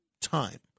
time